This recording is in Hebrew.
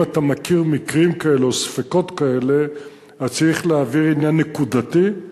אם אתה מכיר מקרים כאלה או ספקות כאלה אז צריך להביא עניין נקודתי,